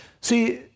See